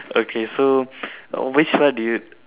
okay so which one do you